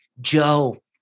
Joe